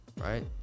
Right